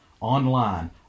online